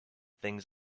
things